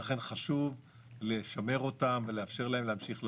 ולכן חשוב לשמר אותן ולאפשר להן להמשיך לעבוד.